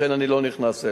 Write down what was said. לכן אני לא נכנס אליה.